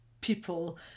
people